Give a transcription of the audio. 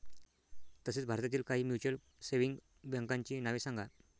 तसेच भारतातील काही म्युच्युअल सेव्हिंग बँकांची नावे सांगा